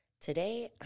Today